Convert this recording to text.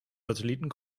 satelliten